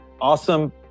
awesome